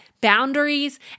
boundaries